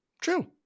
True